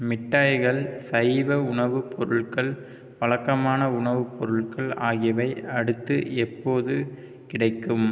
மிட்டாய்கள் சைவ உணவுப் பொருட்கள் வழக்கமான உணவுப் பொருட்கள் ஆகியவை அடுத்து எப்போது கிடைக்கும்